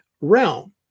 realm